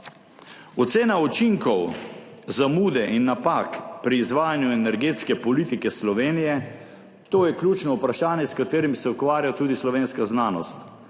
ocena učinkov zamude in napak pri izvajanju energetske politike Slovenije, to je ključno vprašanje, s katerim se ukvarja tudi slovenska znanost.